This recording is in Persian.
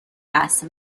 است